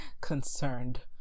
concerned